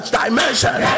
dimension